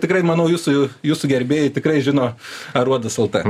tikrai manau jūsų jūsų gerbėjai tikrai žino aruodas lt